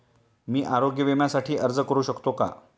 मी आरोग्य विम्यासाठी अर्ज करू शकतो का?